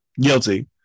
guilty